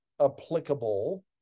applicable